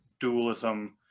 dualism